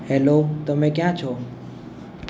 hello તમે ક્યાં છો